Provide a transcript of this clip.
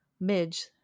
midge